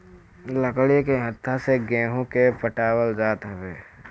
लकड़ी के हत्था से गेंहू के पटावल जात हवे